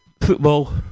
football